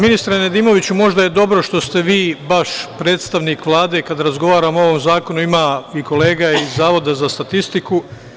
Ministre Nedimoviću, možda je dobro što ste vi baš predstavnik Vlade kada razgovaramo o ovom zakonu, ima i kolega iz Zavoda za statistiku.